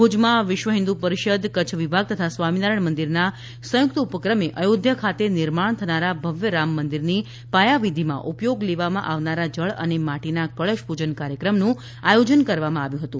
ભુજમાં વિશ્વ હિન્દુ પરિષદ કચ્છ વિભાગ તથા સ્વામિનારાયણ મંદિરના સંયુક્ત ઉપક્રમે અયોધ્યા ખાતે નિર્માણ થનારા ભવ્ય રામમંદિરની પાયાવિધિમાં ઉપયોગ લેવામાં આવનારા જળ અને માટીના કળશ પૂજન કાર્યક્રમનું આયોજન કરવામાં આવ્યું હતું